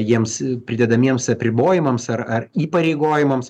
jiems pridedamiems apribojimams ar ar įpareigojimams